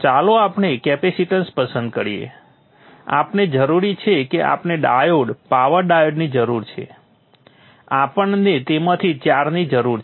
ચાલો આપણે કેપેસિટન્સ પસંદ કરીએ આપણે જરૂર છે કે આપણે ડાયોડ પાવર ડાયોડની જરૂર છે આપણને તેમાંથી 4 ની જરૂર છે